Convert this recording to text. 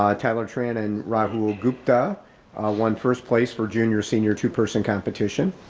um tyler tran and rahul gupta won first place for junior, senior two person competition.